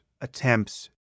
attempts